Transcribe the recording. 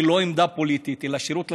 לא עמדה פוליטית אלא שירות לציבור.